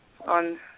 on